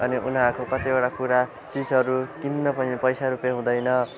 अनि उनीहरूको कतिवटा कुरा चिजहरू किन्न पनि पैसा रुपियाँ हुँदैन